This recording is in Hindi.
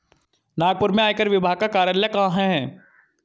नागपुर में आयकर विभाग का कार्यालय कहाँ है?